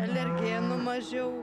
alergenų mažiau